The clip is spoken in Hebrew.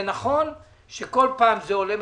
זה נכון שכל פעם זה עולה מחדש.